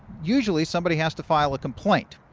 usually somebody has to file a complaint.